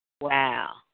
Wow